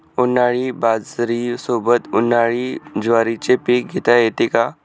उन्हाळी बाजरीसोबत, उन्हाळी ज्वारीचे पीक घेता येते का?